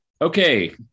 Okay